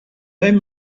made